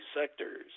sectors